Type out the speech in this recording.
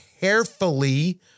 carefully